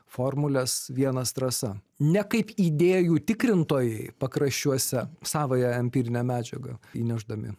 formulės vienas trasa ne kaip idėjų tikrintojai pakraščiuose savąją empirinę medžiagą įnešdami